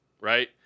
Right